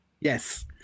Yes